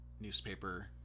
newspaper